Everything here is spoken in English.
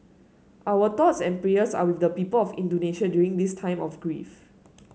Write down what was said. our thoughts and prayers are with the people of Indonesia during this time of grief